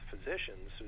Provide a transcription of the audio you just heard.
physicians